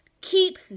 Keep